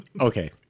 Okay